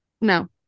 no